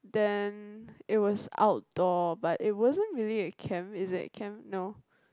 then it was outdoor but it wasn't really a camp is it a camp